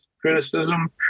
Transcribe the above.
criticism